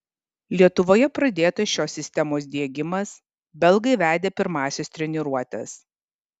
lietuvoje pradėtas šios sistemos diegimas belgai vedė pirmąsias treniruotes